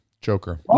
Joker